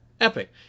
Epic